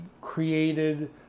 created